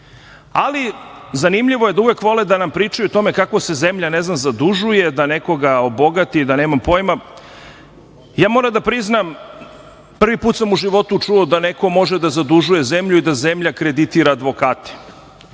ali zanimljivo je da uvek vole da nam pričaju o tome kako se zemlja, ne znam, zadužuje da nekoga obogati, da nemam pojma. Moram da priznam da sam prvi put u životu čuo da neko može da zadužuje zemlju i da zemlja kreditira advokate.